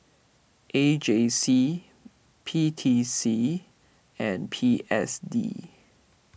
A J C P T C and P S D